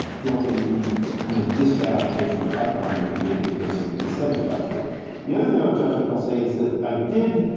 broken you know distaff version of python that people would be cursing instead of javascript the other thing about javascript, i'll say, is that i did,